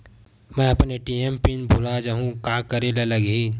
मैं अपन ATM PIN भुला जहु का करे ला लगही?